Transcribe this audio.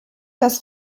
das